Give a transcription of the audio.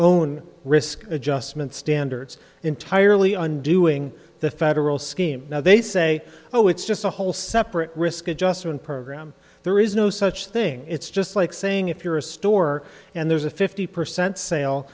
own risk adjustment standards entirely undoing the federal scheme now they say oh it's just a whole separate risk adjustment program there is no such thing it's just like saying if you're a store and there's a fifty percent sale